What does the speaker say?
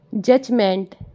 Judgment